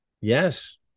Yes